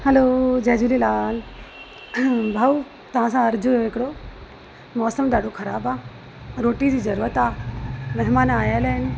हलो जय झूलेलाल भाउ तव्हां सां अर्ज़ु हिकिड़ो मौसम ॾाढो ख़राबु आहे रोटी जी ज़रूरत आहे महिमान आयल आहिनि